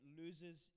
loses